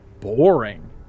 boring